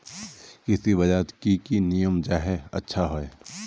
कृषि बाजार बजारोत की की नियम जाहा अच्छा हाई?